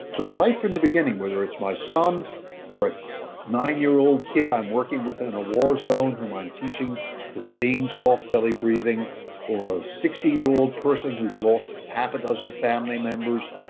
so, right from the beginning, whether it's my son or a nine-year-old kid i'm working with within a war zone, whom i'm teaching the same soft belly breathing or a sixty year old person who's lost half a dozen family members,